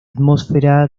atmósfera